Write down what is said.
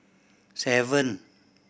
seven